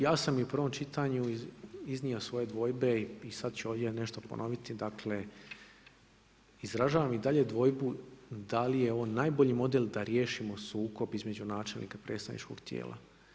Ja sam i u prvom čitanju iznio svoje dvojbe i sada ću ovdje nešto ponoviti, dakle izražavam i dalje dvojbu da li je ovo najbolji model da riješimo sukob između načelnika predstavničkog tijela.